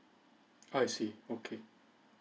I see okay